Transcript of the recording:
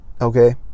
okay